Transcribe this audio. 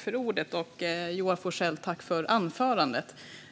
Fru talman!